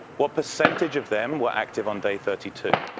what percentage of them were active on day thirty two?